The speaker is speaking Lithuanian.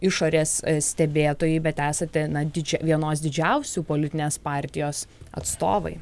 išorės stebėtojai bet esate na didž vienos didžiausių politinės partijos atstovai